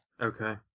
Okay